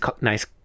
nice